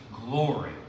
glory